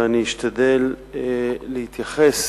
ואני אשתדל להתייחס